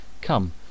Come